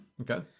Okay